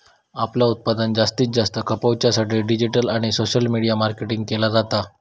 आपला उत्पादन जास्तीत जास्त खपवच्या साठी डिजिटल आणि सोशल मीडिया मार्केटिंग केला जाता